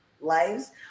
lives